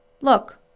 look